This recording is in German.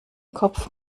kopf